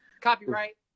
Copyright